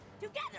Together